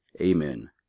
Amen